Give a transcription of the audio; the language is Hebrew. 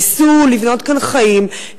ניסו לבנות כאן חיים,